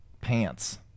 pants